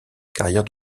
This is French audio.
carrière